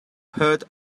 heard